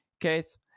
case